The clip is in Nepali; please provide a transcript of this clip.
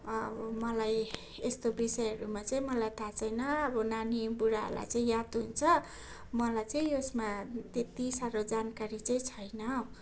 अब मलाई यस्तो विषयहरूमा चाहिँ मलाई थाहा छैन अब नानी बुढाहरूलाई चाहिँ याद हुन्छ मलाई चाहिँ यसमा अब त्यति साह्रो जानकारी चाहिँ छैन